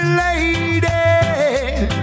lady